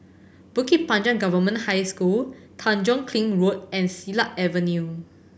Bukit Panjang Government High School Tanjong Kling Road and Silat Avenue